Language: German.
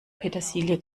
petersilie